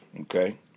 okay